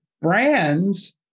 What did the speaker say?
brands